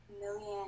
million